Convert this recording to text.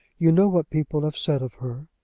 you know what people have said of her.